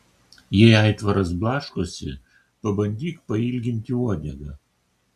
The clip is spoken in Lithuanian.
jei aitvaras blaškosi pabandyk pailginti uodegą